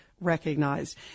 recognized